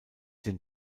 den